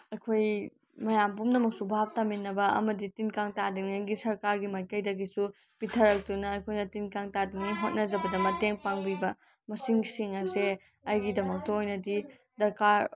ꯑꯩꯈꯣꯏ ꯃꯌꯥꯝ ꯄꯨꯝꯅꯃꯛꯁꯨ ꯕꯥꯞ ꯇꯥꯃꯤꯟꯅꯕ ꯑꯃꯗꯤ ꯇꯤꯟ ꯀꯥꯡ ꯇꯥꯗꯅꯤꯉꯥꯏꯒꯤ ꯁꯔꯀꯥꯔꯒꯤ ꯃꯥꯏꯀꯩꯗꯒꯤꯁꯨ ꯄꯤꯊꯔꯛꯇꯨꯅ ꯑꯩꯈꯣꯏꯅ ꯇꯤꯟ ꯀꯥꯡ ꯇꯥꯗꯅꯤꯉꯥꯏꯒꯤ ꯍꯣꯠꯅꯖꯕꯗ ꯃꯇꯦꯡ ꯄꯥꯡꯕꯤꯕ ꯃꯁꯤꯁꯤꯡ ꯑꯁꯦ ꯑꯩꯒꯤꯗꯃꯛꯇ ꯑꯣꯏꯅꯗꯤ ꯗꯔꯀꯥꯔ